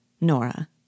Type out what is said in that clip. Nora